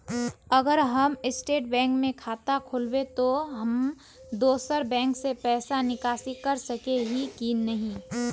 अगर हम state bank में खाता खोलबे तो हम दोसर बैंक से पैसा निकासी कर सके ही की नहीं?